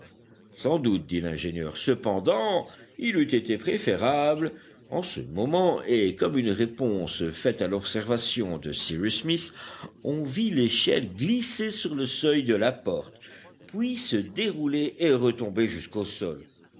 sans doute dit l'ingénieur cependant il eût été préférable en ce moment et comme une réponse faite à l'observation de cyrus smith on vit l'échelle glisser sur le seuil de la porte puis se dérouler et retomber jusqu'au sol